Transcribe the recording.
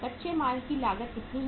कच्चे माल की लागत कितनी है